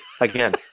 Again